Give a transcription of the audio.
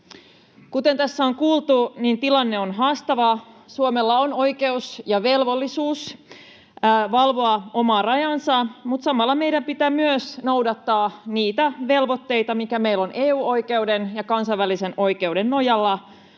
Kuten tässä on kuultu, tilanne on haastava. Suomella on oikeus ja velvollisuus valvoa omaa rajaansa, mutta samalla meidän pitää myös noudattaa niitä velvoitteita, mitkä meillä on EU-oikeuden ja kansainvälisen oikeuden nojalla,